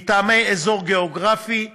מטעמי אזור גיאוגרפי,